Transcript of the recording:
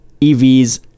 EVs